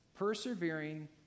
persevering